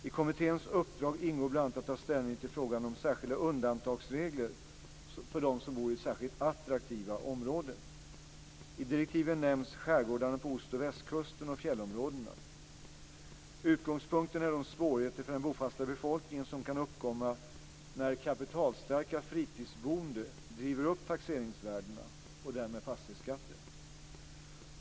I kommitténs uppdrag ingår bl.a. att ta ställning till frågan om särskilda undantagsregler för dem som bor i särskilt attraktiva områden. I direktiven nämns skärgårdarna på ost och västkusten och fjällområdena. Utgångspunkten är de svårigheter för den bofasta befolkningen som kan uppkomma när kapitalstarka fritidsboende driver upp taxeringsvärdena och därmed fastighetsskatten.